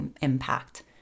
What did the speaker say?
impact